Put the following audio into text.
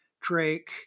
Drake